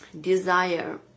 desire